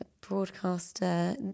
broadcaster